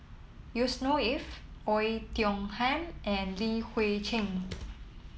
Yusnor Ef Oei Tiong Ham and Li Hui Cheng